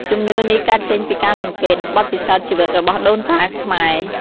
ជំនឿនេះកើតចេញពីការសង្កេត និងបទពិសោធន៍ជីវិតរបស់ដូនតាខ្មែរ។